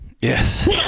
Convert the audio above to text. Yes